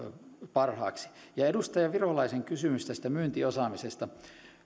parhaaksi edustaja virolaisen kysymys tästä myyntiosaamisesta